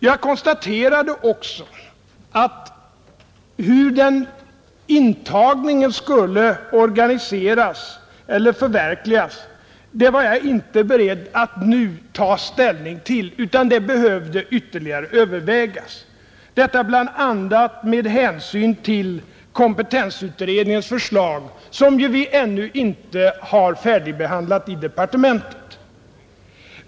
Jag konstaterade också att jag inte nu var beredd att ta ställning till hur den intagningen skulle organiseras eller förverkligas, utan att detta behöver ytterligare övervägas, bl.a. med hänsyn till kompetensutredningens förslag som vi ännu inte har färdigbehandlat i departementet.